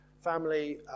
family